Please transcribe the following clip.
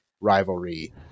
rivalry